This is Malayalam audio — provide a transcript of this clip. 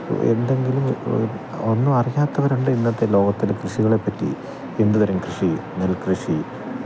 എന്തെങ്കിലും ഒന്നും അറിയാത്തവരുണ്ട് ഇന്നത്തെ ലോകത്തില് കൃഷികളെ പറ്റി എന്ത് തരം കൃഷി നെൽകൃഷി